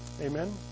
amen